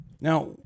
Now